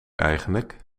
eigenlijk